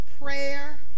prayer